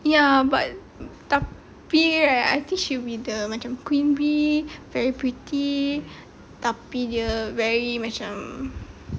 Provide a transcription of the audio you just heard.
ya but tapi right I think she will be the macam queen bee very pretty tapi dia very macam